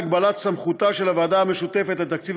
הגבלת סמכותה של הוועדה המשותפת לתקציב